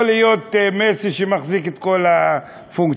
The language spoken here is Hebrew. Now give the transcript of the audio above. לא להיות מסי שמחזיק את כל הפונקציות.